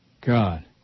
God